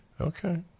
Okay